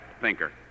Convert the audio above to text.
thinker